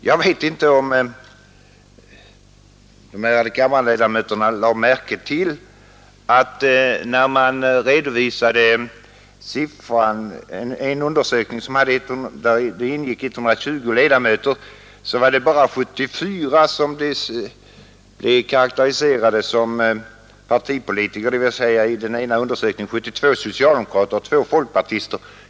Jag vet inte om de ärade kammarledamöterna lade märke till en undersökning som redovisade att av 120 ledamöter bara 74 kunde karakteriseras som partipolitiker, nämligen 72 socialdemokrater och 2 folkpartister.